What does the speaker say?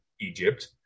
Egypt